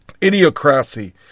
Idiocracy